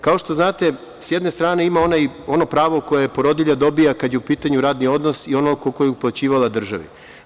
Kao što znate, s jedne strane ima ono pravo koje porodilja dobija kada je u pitanju radni odnos i ono koje je uplaćivala državi.